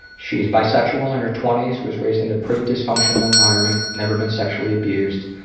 she's bisexual, in her twenty s. was raised in a pretty dysfunctional environment, never been sexually abused.